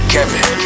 Kevin